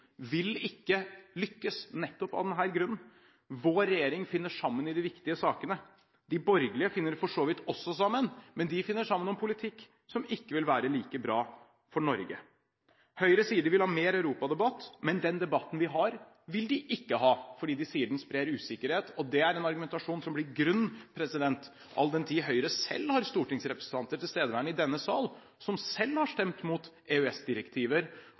vil ikke lykkes, nettopp av denne grunn: Vår regjering finner sammen i de viktige sakene. De borgerlige finner for så vidt også sammen, men de finner sammen om politikk som ikke vil være like bra for Norge. Høyre sier de vil ha mer europadebatt, men den debatten vi har, vil de ikke ha, fordi de sier den sprer usikkerhet. Det er en argumentasjon som blir grunn, all den tid Høyre selv har stortingsrepresentanter tilstedeværende i denne sal som selv har stemt mot